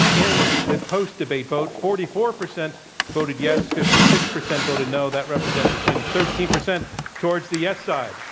in the post-debate vote, forty four percent voted yes, fifty six percent voted no. that represents a swing of thirteen percent towards the yes side.